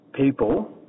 people